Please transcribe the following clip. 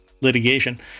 litigation